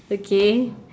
okay